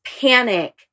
panic